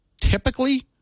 typically